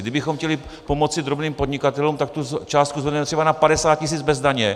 Kdybychom chtěli pomoci drobným podnikatelům, tak tu částku zvedneme třeba na 50 tisíc bez daně.